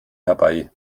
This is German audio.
herbei